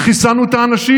כי חיסנו את האנשים,